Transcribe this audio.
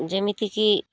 ଯେମିତିକି